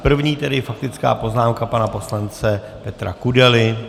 První tedy faktická poznámka pana poslance Petra Kudely.